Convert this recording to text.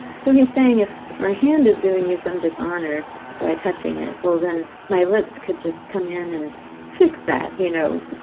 so he's saying, if if my hand is doing you some dishonor by touching it, well then, my lips could just come in and fix that, you know.